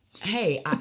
hey